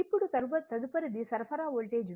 ఇప్పుడు తదుపరిది సరఫరా వోల్టేజ్ V